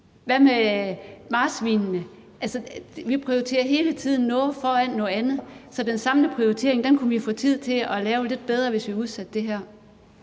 Hvad med marsvinene? Vi prioriterer hele tiden noget frem for noget andet. Den samlede prioritering kunne vi få tid til at lave lidt bedre, hvis vi udsatte det her.